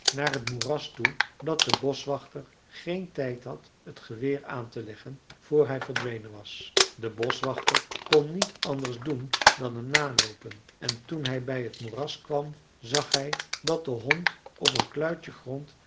naar het moeras toe dat de boschwachter geen tijd had het geweer aan te leggen voor hij verdwenen was de boschwachter kon niet anders doen dan hem naloopen en toen hij bij het moeras kwam zag hij dat de hond op een kluitje grond